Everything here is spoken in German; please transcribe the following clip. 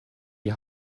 die